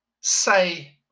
say